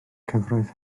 cyfraith